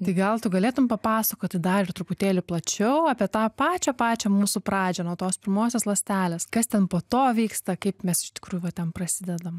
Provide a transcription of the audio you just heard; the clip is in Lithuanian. tai gal tu galėtum papasakoti dar ir truputėlį plačiau apie tą pačią pačią mūsų pradžią nuo tos pirmosios ląstelės kas ten po to vyksta kaip mes iš tikrųjų va ten prasidedam